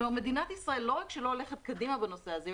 מדינת ישראל לא רק שלא הולכת קדימה בנושא הזה,